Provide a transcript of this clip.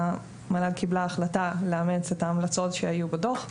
המל"ג קיבלה החלטה לאמץ את ההמלצות שהיו בדו"ח,